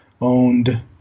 owned